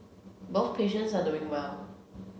both patients are doing well